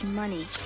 money